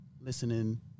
listening